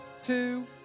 two